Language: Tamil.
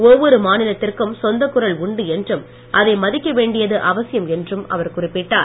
ஒவ்வொரு மாநிலத்திற்கும் சொந்தக் குரல் உண்டு என்றும் அதை மதிக்க வேண்டியது அவசியம் என்றும் அவர் குறிப்பிட்டார்